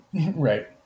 Right